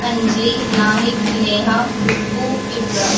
Anjali Nahid Neha Khushboo Afra